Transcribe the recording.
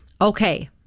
Okay